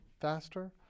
faster